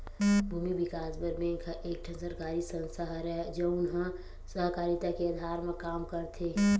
भूमि बिकास बर बेंक ह एक ठन सरकारी संस्था हरय, जउन ह सहकारिता के अधार म काम करथे